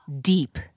deep